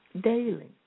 daily